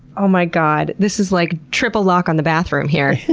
oh my god, this is like triple lock on the bathroom here.